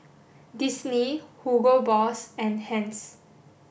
Disney Hugo Boss and Heinz